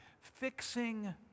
fixing